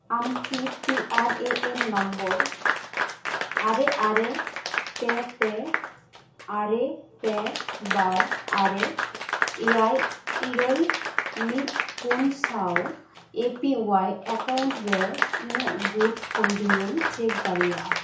ᱟᱢ ᱠᱤ P R A N number ᱟᱨᱮ ᱟᱨᱮ ᱯᱮ ᱯᱮ ᱟᱨᱮ ᱯᱮ ᱵᱟᱨ ᱟᱨᱮ ᱮᱭᱟᱭ ᱤᱨᱟᱹᱞ ᱢᱤᱫ ᱯᱩᱱ ᱥᱟᱶ ᱮᱹ ᱯᱤ ᱚᱣᱟᱭ ᱮᱠᱟᱣᱩᱱᱴ ᱨᱮ ᱤᱧᱟᱹᱜ ᱜᱩᱴ ᱦᱳᱞᱰᱤᱝ ᱮᱢ ᱪᱮᱠ ᱫᱟᱲᱮᱭᱟᱜᱼᱟ